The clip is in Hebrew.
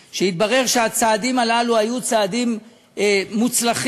הצעדים הללו היו צעדים מוצלחים.